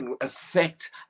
affect